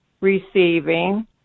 receiving